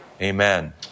amen